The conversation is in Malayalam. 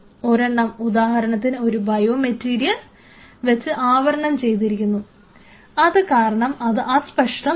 ഒരെണ്ണം ഉദാഹരണത്തിന് ഒരു ബയോമെറ്റീരിയൽ വെച്ച് ആവരണം ചെയ്തിരിക്കുന്നു അത് കാരണം അത് അസ്പഷ്ടമാണ്